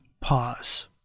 pause